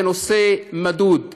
זה נושא מדוד,